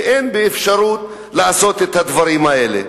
ואין אפשרות לעשות את הדברים האלה.